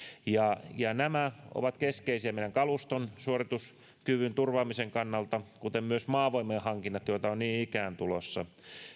nämä ovat keskeisiä meidän kalustomme suorituskyvyn turvaamisen kannalta kuten myös maavoimien hankinnat joita on niin ikään tulossa